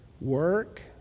Work